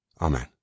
Amen